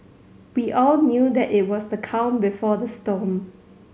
we all knew that it was the calm before the storm